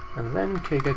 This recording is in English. and then k but